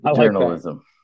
Journalism